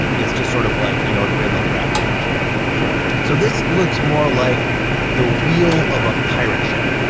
and it's just sort of like you know a grid, like graph paper, sort of so this looks more like the wheel of a pirate ship.